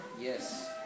Yes